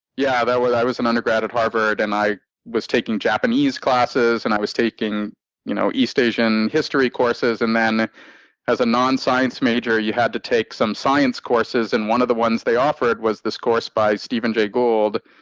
yeah, i was i was an undergrad at harvard. and i was taking japanese classes. and i was taking you know east asian history courses. and as a non-science major, you had to take some science courses. and one of the ones they offered was this course by stephen j. gould.